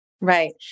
Right